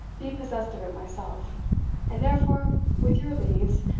be possessed of it myself and, therefore, with your leaves,